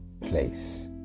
place